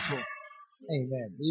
Amen